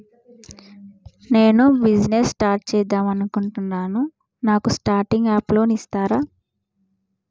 నేను business start చేద్దామనుకుంటున్నాను నాకు స్టార్టింగ్ అప్ లోన్ ఇస్తారా?